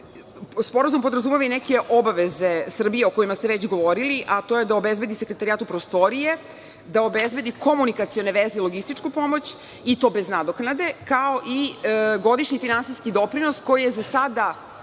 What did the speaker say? Sporazum podrazumeva i neke obaveze Srbije, o kojima ste već govorili, a to je da obezbedi Sekretarijatu prostorije, da obezbedi komunikacione veze i logističku pomoć, i to bez nadoknade, kao i godišnji finansijski doprinos koji je za sada